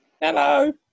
Hello